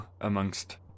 amongst